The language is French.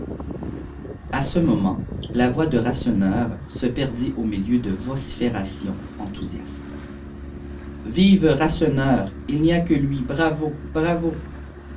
a ce moment la voix de rasseneur se perdit au milieu de vociférations enthousiastes vive rasseneur il n'y a que lui bravo bravo